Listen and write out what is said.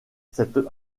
cette